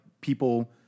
people